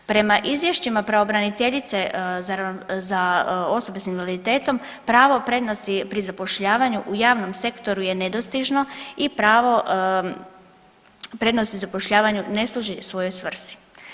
Prema izvješćima pravobraniteljice za osobe sa invaliditetom pravo prednosti pri zapošljavanju u javnom sektoru je nedostižno i pravo prednosti zapošljavanju ne služi svojoj svrsi.